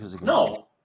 No